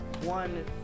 one